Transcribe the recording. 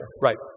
Right